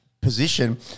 position